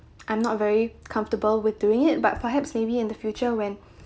I'm not very comfortable with doing it but perhaps maybe in the future when